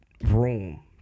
room